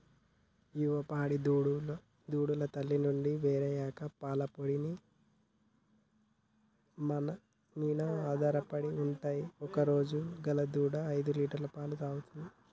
యువ పాడి దూడలు తల్లి నుండి వేరయ్యాక పాల పొడి మీన ఆధారపడి ఉంటయ్ ఒకరోజు గల దూడ ఐదులీటర్ల పాలు తాగుతది